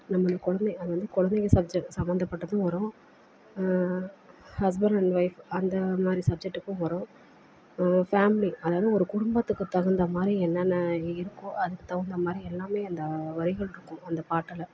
நம்மளுக்கு வந்து அது வந்து கொழந்தைங்க சப்ஜெக்ட் சம்பந்தப்பட்டதும் வரும் ஹஸ்பண்ட் அண்ட் ஒய்ஃப் அந்த மாதிரி சப்ஜெக்ட்டுக்கும் வரும் ஃபேமிலி அதாவது ஒரு குடும்பத்துக்கு தகுந்த என்ன மாதிரி என்னென்ன இருக்கோ அதுக்கு தகுந்த மாதிரி எல்லாமே அந்த வரிகள் இருக்கும் அந்த பாட்டில்